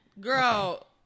Girl